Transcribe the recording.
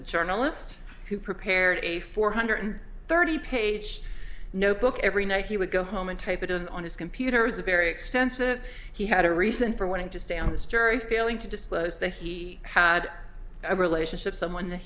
a journalist who prepared a four hundred thirty page notebook every night he would go home and type it on his computer is a very extensive he had a reason for wanting to stay on this jury failing to disclose that he had a relationship someone that